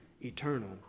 eternal